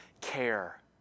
care